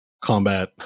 combat